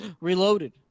Reloaded